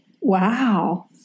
wow